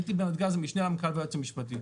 אני הייתי בנתגז וכיהנתי שם כמשנה ליועץ המשפטי.